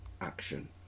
action